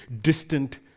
distant